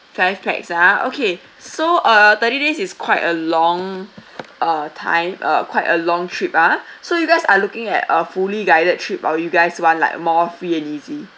five pax ah okay so uh thirty days is quite a long uh time uh quite a long trip ah so you guys are looking at a fully guided trip or you guys want like more free and easy